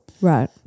right